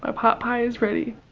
ah pot pie is ready!